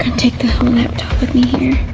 take the whole laptop with me here.